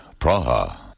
Praha